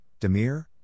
Demir